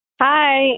Hi